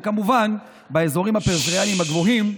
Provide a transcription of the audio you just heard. כמובן, באזורים הפריפריאליים הגבוהים,